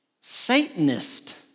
Satanist